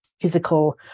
physical